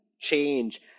change